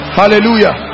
hallelujah